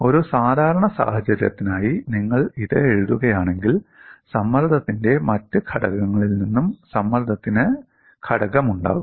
ഒരു സാധാരണ സാഹചര്യത്തിനായി നിങ്ങൾ ഇത് എഴുതുകയാണെങ്കിൽ സമ്മർദ്ദത്തിന്റെ മറ്റ് ഘടകങ്ങളിൽ നിന്നും സമ്മർദ്ദത്തിന് ഘടകമുണ്ടാകും